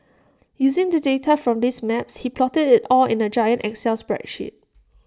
using the data from these maps he plotted IT all in A giant excel spreadsheet